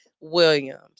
Williams